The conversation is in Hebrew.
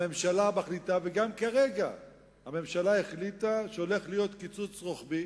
הממשלה מחליטה וגם עכשיו הממשלה החליטה שהולך להיות קיצוץ רוחבי